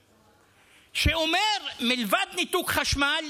שאומר: מלבד ניתוק חשמל,